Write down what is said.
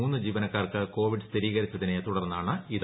മൂന്ന് ജീവനക്കാർക്ക് കോവിഡ് സ്ഥിരീകരിച്ചതിനെ തുടർന്നാണിത്